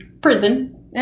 Prison